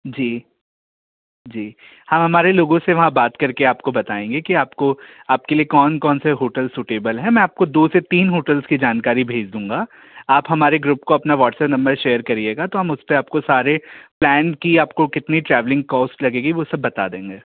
जी जी हम हमारे लोगों से वहाँ बात करके आपको बताएंगे कि आपको आपके लिए कौन कौन से होटल सूटेबल हैं मैं आपको दो से तीन होटल्स की जानकारी भेज दूंगा आप हमारे ग्रुप को अपना व्हाट्सएप नंबर शेयर करिएगा तो हम उस पर आपको सारे प्लैन की आपको कितनी ट्रैवलिंग कॉस्ट लगेगी वो सब बता देंगे